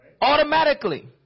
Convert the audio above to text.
automatically